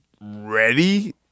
ready